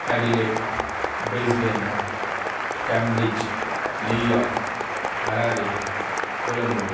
Adelaide Brisbane cambridge New York Harare Colombo